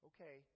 Okay